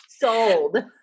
Sold